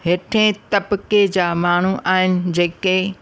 हेठे तबिके जा माण्हू आहिनि जेके